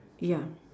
ya